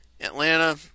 Atlanta